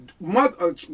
mother